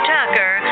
Tucker